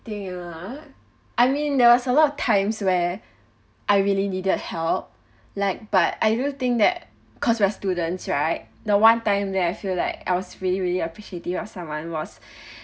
let me think ah I mean there was a lot of times where I really needed help like but I do think that cause we're students right the one time that I feel like I was really really appreciative of someone was